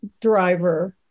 driver